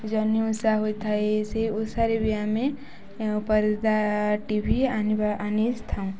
ଜହ୍ନି ଓଷା ହୋଇଥାଏ ସେ ଓଷାରେ ବି ଆମେ ପରଦା ଟି ଭି ଆନିବା ଆନିଥାଉ